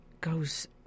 goes